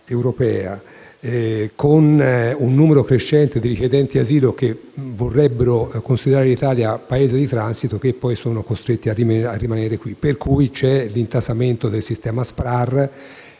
europea), con un numero crescente di richiedenti asilo che vorrebbero considerare l'Italia un Paese di transito e che poi sono costretti a rimanere qui, per cui abbiamo l'intasamento del sistema SPRAR